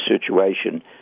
situation